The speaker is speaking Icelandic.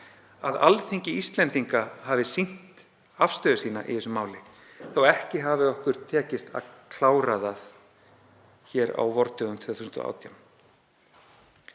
að Alþingi Íslendinga hefur sýnt afstöðu sína í þessu máli þótt ekki hafi okkur tekist að klára það hér á vordögum 2018.